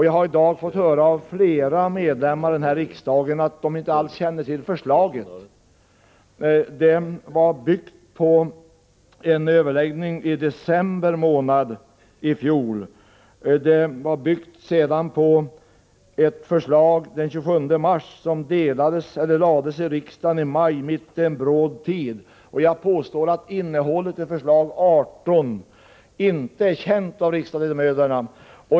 Jag har i dag fått höra av flera ledamöter av riksdagen att de inte alls känner till förslaget. Förslaget bygger på en överläggning i december i fjol som ledde till detta förslag den 27 mars. Förslaget presenterades i riksdagen i maj, mitt i en bråd tid. Jag påstår att innehållet i förslag 18 inte är känt av riksdagsledamöterna.